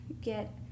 get